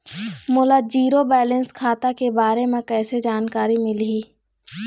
मोला zero balance खाता के बारे म कैसे जानकारी मिलही?